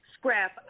Scrap